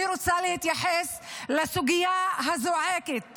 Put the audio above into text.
אני רוצה להתייחס לסוגיה הזועקת